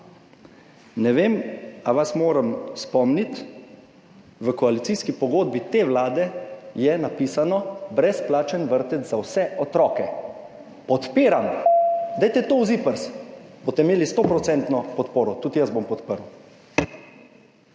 ne vem, ali vas moram spomniti, v koalicijski pogodbi te vlade je napisano: brezplačen vrtec za vse otroke. Podpiram! Dajte to v ZIPRS, boste imeli stoprocentno podporo, tudi jaz bom podprl.